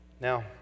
Now